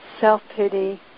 self-pity